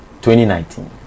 2019